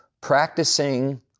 practicing